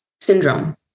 syndrome